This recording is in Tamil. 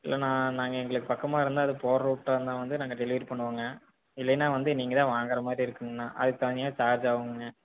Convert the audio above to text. இல்லைண்ணா நாங்கள் எங்களுக்கு பக்கமாக இருந்தால் அது போகிற ரூட்டாக இருந்தால் வந்து நாங்கள் டெலிவரி பண்ணுவோம்ங்க இல்லைன்னா வந்து நீங்கள் தான் வாங்குற மாதிரி இருக்கும்ங்கண்ணா அதுக்கு தனியாக சார்ஜ் ஆகுங்க